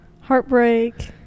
heartbreak